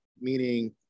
Meaning